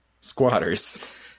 squatters